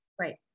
Right